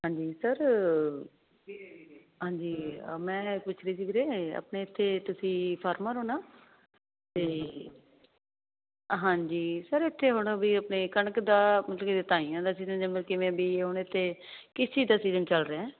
ਹਾਂਜੀ ਸਰ ਹਾਂਜੀ ਮੈਂ ਪੁੱਛ ਰਹੀ ਸੀ ਵੀਰੇ ਆਪਣੇ ਇਥੇ ਤੁਸੀਂ ਫਾਰਮਰ ਹੋਨਾ ਤੇ ਹਾਂਜੀ ਸਰ ਇੱਥੇ ਆਉਣਾ ਵੀ ਆਪਣੇ ਕਣਕ ਦਾ ਕਿਵੇਂ ਬੀ ਉਹਨੇ ਤੇ ਕਿਸ ਚੀਜ਼ ਦਾ ਸੀਜ਼ਨ ਚੱਲ ਰਿਹਾ